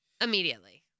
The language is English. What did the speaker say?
immediately